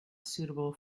suitable